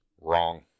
Wrong